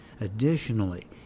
Additionally